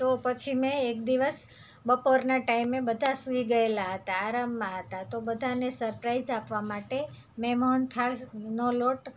તો પછી મેં એક દિવસ બપોરના ટાઈમે બધાં સુઈ ગયેલા હતાં આરામમાં હતાં તો બધાને સરપ્રાઈઝ આપવા માટે મેં મોહનથાળનો લોટ